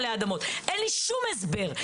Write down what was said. אין לי שום הסבר.